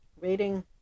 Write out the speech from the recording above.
waiting